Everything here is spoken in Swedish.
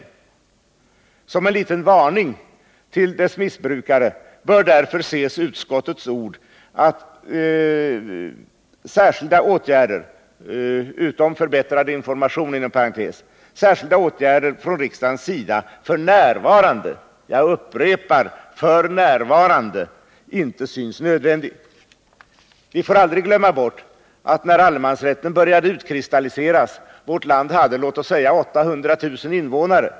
Utskottet har uttalat sig för en förbättrad information, men som en liten varning till allemansrättens missbrukare bör också ses utskottets ord att särskilda åtgärder från riksdagens sida f. n. — jag upprepar: f. n. — inte synes nödvändiga. Vi får aldrig glömma bort att när allemansrätten började utkristalliseras hade vårt land låt oss säga 800 000 invånare.